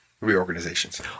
reorganizations